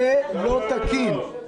זה לא תקין.